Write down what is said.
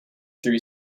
three